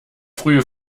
frühe